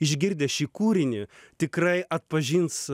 išgirdę šį kūrinį tikrai atpažins